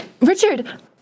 Richard